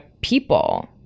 people